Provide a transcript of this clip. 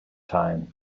time